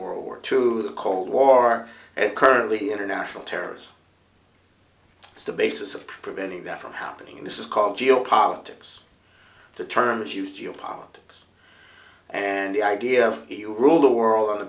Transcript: world war two the cold war are currently international terrors it's the basis of preventing that from happening this is called geopolitics the term is used geopolitics and the idea of rule the world on the